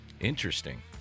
Interesting